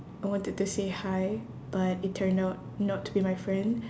I wanted to say hi but it turned out not to be my friend